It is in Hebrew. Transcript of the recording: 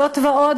זאת ועוד,